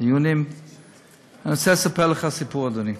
אני רוצה לספר לך סיפור, אדוני.